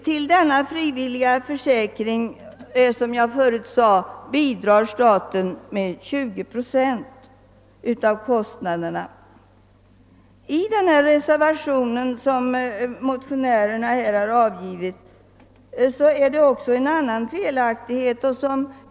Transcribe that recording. Till denna frivilliga försäkring bidrar staten med 20 procent av kostnaderna. I reservationen finns också en annan felaktighet.